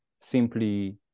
simply